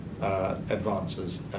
advances